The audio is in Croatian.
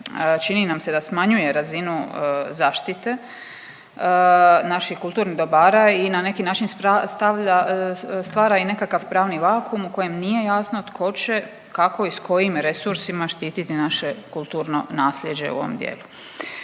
čini nam se da smanjuje razinu zaštite naših kulturnih dobara i na neki način stavlja, stvara i nekakav pravni vakuum u kojem nije jasno tko će, kako i s kojim resursima štititi naše kulturno naslijeđe u ovom dijelu.